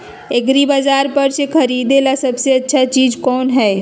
एग्रिबाजार पर से खरीदे ला सबसे अच्छा चीज कोन हई?